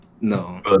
No